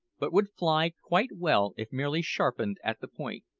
but would fly quite well if merely sharpened at the point,